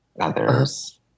others